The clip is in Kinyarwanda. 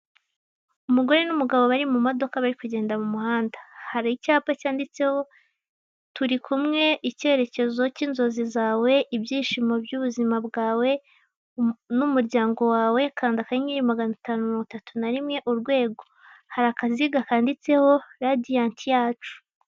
Umugore n'umugabo bari mu modoka bari kugenda mu muhanda, hari icyapa cyanditseho, "turi kumwe, icyerekezo cy'inzozi zawe, ibyishimo by'ubuzima bwawe n'umuryango wawe, kanda akanyenyeri magana atanu mirongo itatu na rimwe." Hari akaziga kanditseho,"radianti yacu."